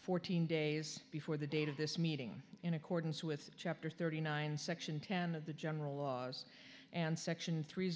fourteen days before the date of this meeting in accordance with chapter thirty nine section ten of the general laws and section three